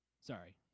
Sorry